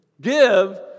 give